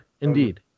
indeed